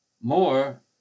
more